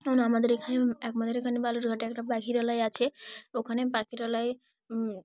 কারণ আমাদের এখানে আমাদের এখানে বালুরঘাটে একটা পাখিরালয় আছে ওখানে পাখিরালয়